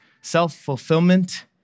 self-fulfillment